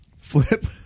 flip